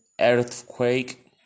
Earthquake